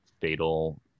fatal